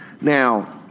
Now